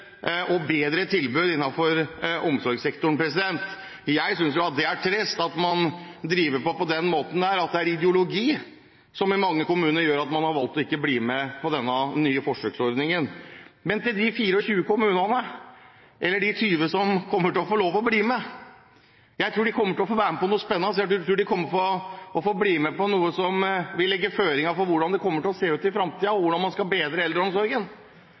og bedre tilbud innenfor omsorgssektoren. Jeg synes det er trist at man driver på på den måten, at det er ideologi som i mange kommuner gjør at man har valgt ikke å bli med på denne nye forsøksordningen. Det er 24 kommuner som har søkt, men de 20 som kommer til å få lov til å bli med, tror jeg kommer til å få bli med på noe spennende. Jeg tror de kommer til å få bli med på noe som vil legge føringer for hvordan det kommer til å se ut i fremtiden, og hvordan man skal bedre eldreomsorgen,